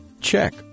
Check